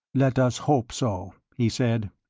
let us hope so, he said.